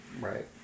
right